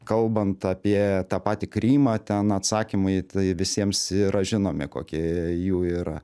kalbant apie tą patį krymą ten atsakymai į tai visiems yra žinomi kokie jų yra